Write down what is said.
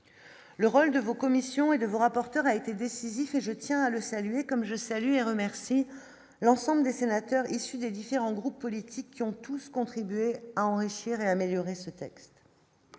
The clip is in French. Le rôle de vos commissions et de vous rapportera a été décisif et je tiens à le saluer comme je salue et remercie l'ensemble des sénateurs issus des différents groupes politiques qui ont tous contribué à enrichir et améliorer ce texte,